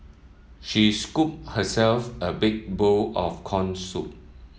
she scooped herself a big bowl of corn soup